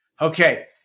Okay